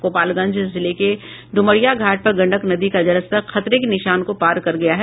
गोपालगंज जिले के डुमरिया घाट पर गंडक नदी का जलस्तर खतरे के निशान को पार कर गया है